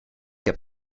heb